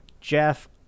jeff